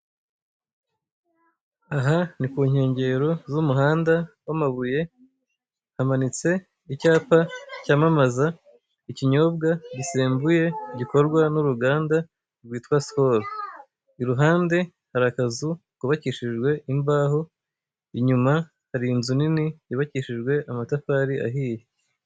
Aha ni ku nkengero z'umuhanda w'amabuye hamanitse icyapa cyamamaza ikinyobwa gisembuye gikorwa n'uruganda rwitwa sikoro, iruhande hari akazu kubakishijwe imbaho, inyuma hari inzu nini yubakishijwe amatafari ahiye.